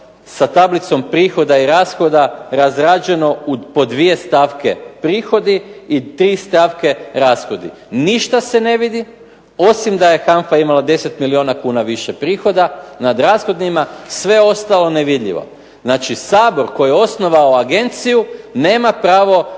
sa tablicom prihoda i rashoda razrađeno po dvije stavke, prihodi i tri stavke rashodi. Ništa se ne vidi, osim da je HANFA imala 10 milijuna kn više prihoda nad rashodima. Sve ostalo nevidljivo. Znači SAbor koji je osnovao agenciju nema pravo